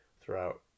throughout